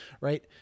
right